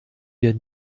wir